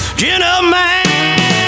gentleman